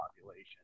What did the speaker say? population